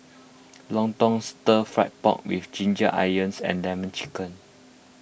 Lontong Stir Fried Pork with Ginger Onions and Lemon Chicken